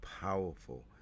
powerful